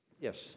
Yes